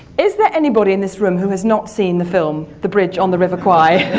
is there anybody in this room who has not seen the film the bridge on the river kwai?